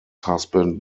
husband